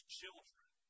children